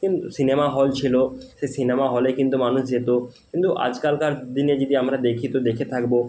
কিন্তু cinema hall ছিল সেই সিনেমা হলে কিন্তু মানুষ যেত কিন্তু আজকালকার দিনে যদি আমরা দেখি তো দেখে থাকব